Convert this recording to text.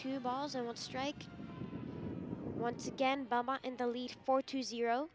to balls and will strike once again in the lead four two zero